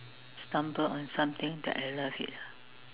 stumble on something that I love it ah